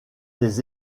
des